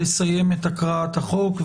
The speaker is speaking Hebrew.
לסיים את הקראת החוק,